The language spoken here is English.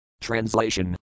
TRANSLATION